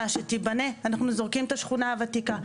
שתיבנה אנחנו זורקים את השכונה הוותיקה?